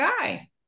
guy